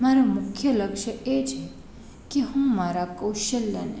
મારું મુખ્ય લક્ષ્ય એ છે કે હું મારા કૌશલ્યને